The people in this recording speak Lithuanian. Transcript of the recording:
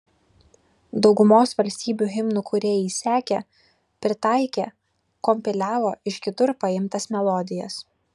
daugumos valstybių himnų kūrėjai sekė pritaikė kompiliavo iš kitur paimtas melodijas